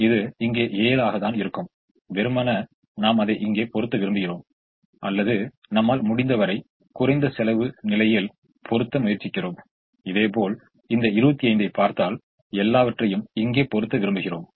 எனவே நான் இந்த 1 ஐ பொருத்தும் போது இந்த 35 இலிருந்து அதை கழிப்பது அல்லது இந்த 5 இலிருந்து கழிப்பது என்பதை நம்மால் தெரிவாக உணர முடிகிறது மேலும் இந்த 35 இலிருந்து இந்த ஒன்றை கழிப்பதை நாம் தேர்வு செய்துள்ளோம்